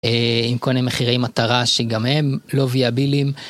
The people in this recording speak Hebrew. אם קונים מחירי מטרה שגם הם לא וייבילים